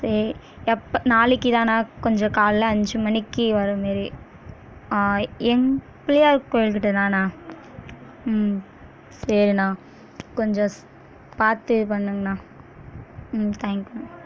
சரி எப்போ நாளைக்குதான்ணா கொஞ்சம் காலைல அஞ்சு மணிக்கு வர்ற மாரி எங்க பிள்ளையார் கோவில் கிட்டேதான்ணா ம் சரிண்ணா கொஞ்சம் பார்த்து பண்ணுங்கண்ணா ம் தேங்க்யூ